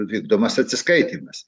vykdomas atsiskaitymas